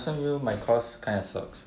S_M_U my course kind of sucks